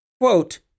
Quote